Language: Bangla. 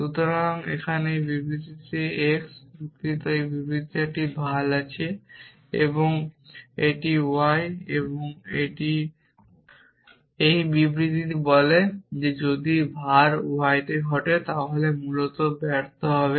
সুতরাং এখানে এই বিবৃতিতে এই x দুঃখিত এই বিবৃতিতে এটি ভাল আছে এবং এটি y এবং এই বিবৃতিটি বলে যে যদি var y তে ঘটে তাহলে মূলত ব্যর্থ হবে